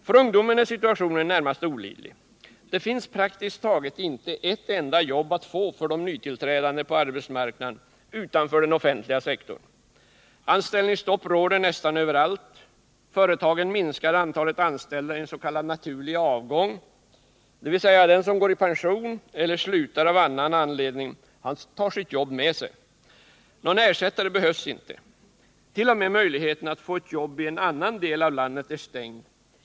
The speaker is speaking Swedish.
För ungdomen är situationen närmast olidlig. Det finns praktiskt taget inte ett enda jobb att få för de nytillträdande på arbetsmarknaden utanför den offentliga sektorn. Anställningsstopp råder nästan överallt, och företagen minskar antalet anställda genom s.k. naturlig avgång, dvs. den som går i pension eller slutar av annan anledning tar sitt jobb med sig. Någon ersättare behövs inte. T. o. m. möjligheten att få ett jobb i annan del av landet är stängd.